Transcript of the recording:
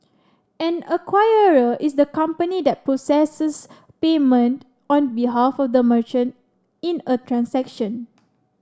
an acquirer is the company that processes payment on behalf of the merchant in a transaction